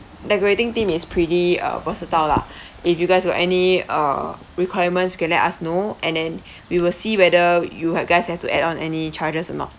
decorating team is pretty uh versatile lah if you guys will any uh requirements you can let us know and then we will see whether you ha~ guys have to add on any charges or not